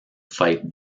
fight